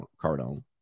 Cardone